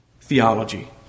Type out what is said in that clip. theology